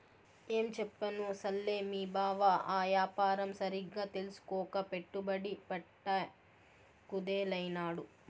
ఏంచెప్పను సెల్లే, మీ బావ ఆ యాపారం సరిగ్గా తెల్సుకోక పెట్టుబడి పెట్ట కుదేలైనాడు